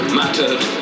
mattered